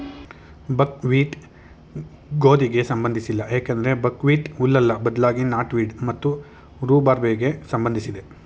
ಬಕ್ wheat ಗೋಧಿಗೆ ಸಂಬಂಧಿಸಿಲ್ಲ ಯಾಕಂದ್ರೆ ಬಕ್ಹ್ವೀಟ್ ಹುಲ್ಲಲ್ಲ ಬದ್ಲಾಗಿ ನಾಟ್ವೀಡ್ ಮತ್ತು ರೂಬಾರ್ಬೆಗೆ ಸಂಬಂಧಿಸಿದೆ